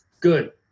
Good